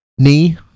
Knee